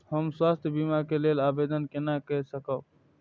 हम स्वास्थ्य बीमा के लेल आवेदन केना कै सकब?